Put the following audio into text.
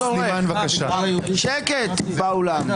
בבקשה, חבר הכנסת כהנא.